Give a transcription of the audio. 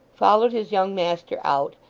followed his young master out,